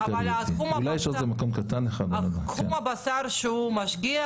והוא יצא לחו"ל כראש צוות.